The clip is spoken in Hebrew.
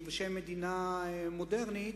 ובשם מדינה מודרנית,